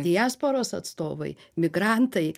diasporos atstovai migrantai